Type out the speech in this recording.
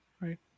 Right